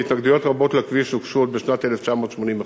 והתנגדויות רבות לכביש הוגשו עוד בשנת 1985,